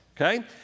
okay